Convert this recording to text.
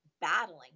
battling